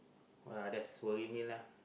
uh lah that's Bohemian lah